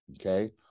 okay